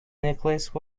necklace